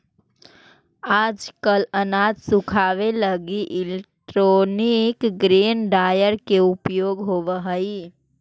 आजकल अनाज सुखावे लगी इलैक्ट्रोनिक ग्रेन ड्रॉयर के उपयोग होवऽ हई